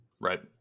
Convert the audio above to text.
right